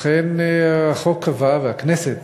לכן החוק קבע, והכנסת